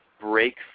break